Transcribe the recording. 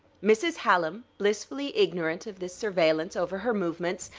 mrs. hallam, blissfully ignorant of this surveillance over her movements,